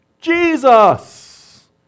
Jesus